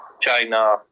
China